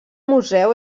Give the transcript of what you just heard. museu